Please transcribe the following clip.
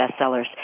bestsellers